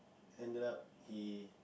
ended up he